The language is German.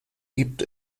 gibt